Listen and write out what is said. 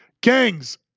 Gangs